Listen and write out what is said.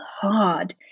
hard